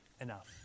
enough